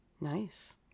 Nice